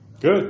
Good